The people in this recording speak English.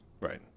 Right